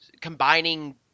combining